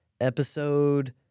episode